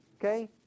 okay